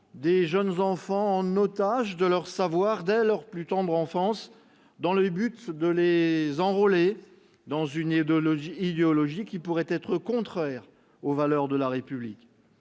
de jeunes enfants en otages de leur savoir dès leur plus tendre enfance, dans le but de les enrôler dans une idéologie qui pourrait être contraire aux valeurs de la République.